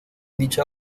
dicha